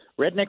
Redneck